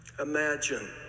Imagine